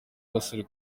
abasore